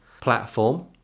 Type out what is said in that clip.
platform